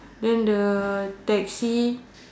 then the taxi